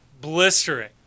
Blistering